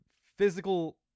physical